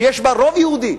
שיש בה רוב יהודי,